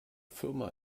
firma